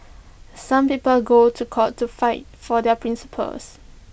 some people go to court to fight for their principles